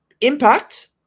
Impact